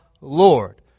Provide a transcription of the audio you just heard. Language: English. Lord